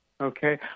Okay